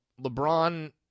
LeBron